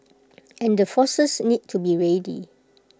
and the forces need to be ready